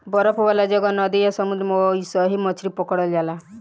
बरफ वाला जगह, नदी आ समुंद्र में अइसही मछली पकड़ल जाला